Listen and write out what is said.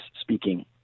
speaking